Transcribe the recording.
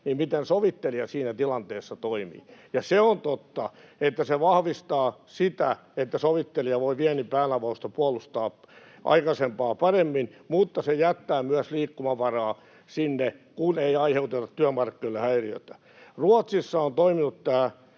miten sovittelija siinä tilanteessa toimii. Se on totta, että se vahvistaa sitä, että sovittelija voi viennin päänavausta puolustaa aikaisempaa paremmin, mutta se jättää myös liikkumavaraa sinne, kun ei aiheuteta työmarkkinoille häiriötä. Ruotsissa on toiminut tämä,